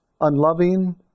unloving